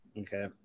Okay